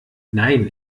nein